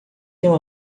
tenho